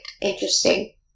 interesting